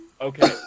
Okay